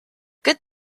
good